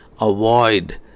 avoid